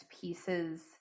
pieces